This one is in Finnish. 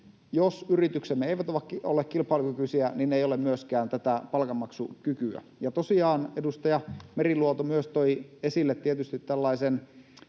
Jos yrityksemme eivät ole kilpailukykyisiä, niin ei ole myöskään tätä palkanmaksukykyä. Edustaja Meriluoto toi myös esille tietysti tällaisen,